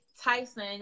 Tyson